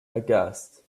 aghast